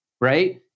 right